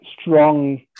strong